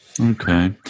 Okay